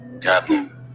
Captain